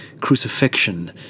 crucifixion